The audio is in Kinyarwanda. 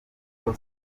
uko